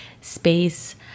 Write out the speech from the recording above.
space